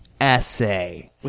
Essay